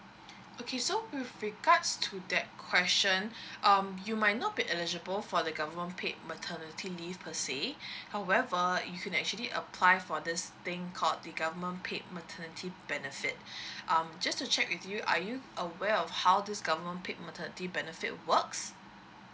okay so with regards to that question um you might not be eligible for the government paid maternity leave per se however you can actually apply for this thing called the government paid maternity benefit um just to check with you are you aware of how this government paid maternity benefit works